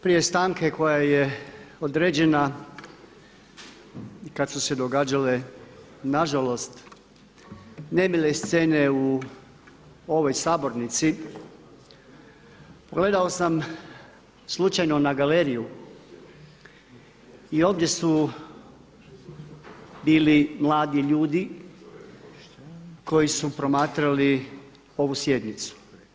Prije stanke koja je određena kada su se događale nažalost, nemile scene u ovoj sabornici pogledao sam slučajno na galeriju i ovdje su bili mladi ljudi koji su promatrali ovu sjednicu.